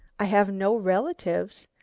i have no relatives,